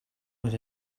was